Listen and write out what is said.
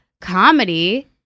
comedy